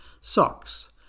socks